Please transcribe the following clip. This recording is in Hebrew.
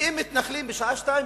יוצאים מתנחלים בשעה 02:00,